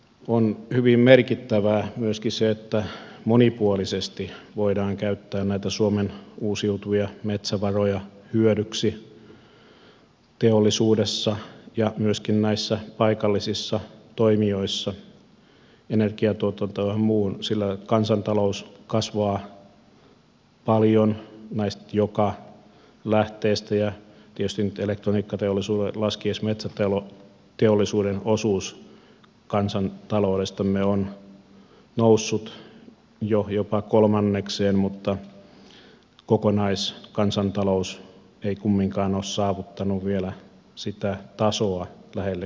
on hyvin merkittävää myöskin se että monipuolisesti voidaan käyttää näitä suomen uusiutuvia metsävaroja hyödyksi teollisuudessa ja myöskin paikallisissa toimijoissa energiatuotantoon ja muuhun sillä kansantalous kasvaa paljon jokaisesta näistä lähteistä ja tietysti nyt elektroniikkateollisuuden laskiessa metsäteollisuuden osuus kansantaloudestamme on noussut jo jopa kolmannekseen mutta kokonaiskansantalous ei kumminkaan vielä ole saavuttanut sitä tasoa lähellekään missä se on ollut